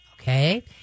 Okay